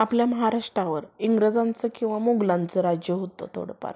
आपल्या महाराष्टावर इंग्रजांचं किंवा मोगलांचं राज्य होतं थोडंफार